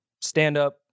stand-up